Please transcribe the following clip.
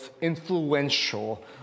influential